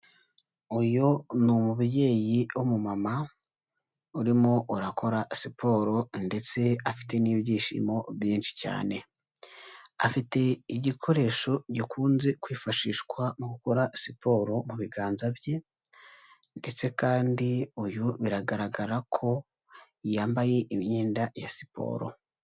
Uyu ni umubyeyi w'umumama, urimo urakora siporo ndetse afite n'ibyishimo byinshi cyane. Afite igikoresho gikunze kwifashishwa mu gukora siporo, mu biganza bye. Ndetse kandi uyu biragaragara ko, yambaye imyenda ya siporo.